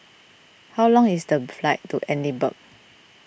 how long is the flight to Edinburgh